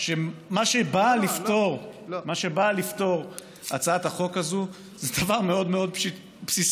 מה שבאה הצעת החוק הזאת לפתור זה דבר מאוד מאוד בסיסי: